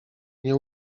nie